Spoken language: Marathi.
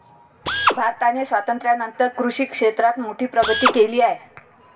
भारताने स्वातंत्र्यानंतर कृषी क्षेत्रात मोठी प्रगती केली आहे